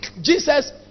jesus